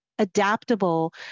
adaptable